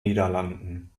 niederlanden